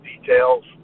details